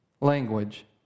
language